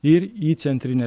ir į centrinę